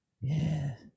Yes